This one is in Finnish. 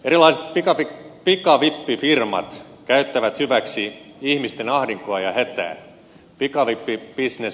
erilaiset pikavippifirmat käyttävät hyväksi ihmisten ahdinkoa ja hätää